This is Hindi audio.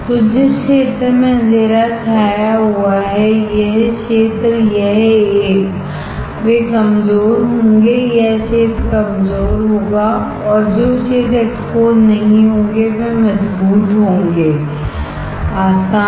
तो जिस क्षेत्र में अंधेरा छाया हुआ है यह क्षेत्र यह एक वे कमजोर होंगे यह क्षेत्र कमजोर होगा और जो क्षेत्र एक्सपोज नहीं होंगे वे मजबूत होंगेआसान